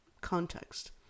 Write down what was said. context